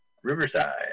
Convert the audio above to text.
Riverside